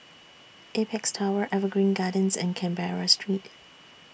Apex Tower Evergreen Gardens and Canberra Street